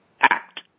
act